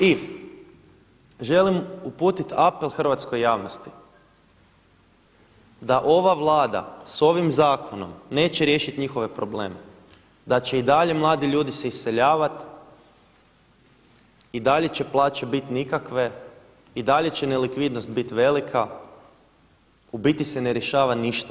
I želim uputiti apel hrvatskoj javnosti da ova Vlada sa ovim zakonom neće riješiti njihove probleme, da će i dalje mladi ljudi se iseljavati i dalje će plaće biti nikakve i dalje će nelikvidnost biti velika, u biti se ne rješava ništa.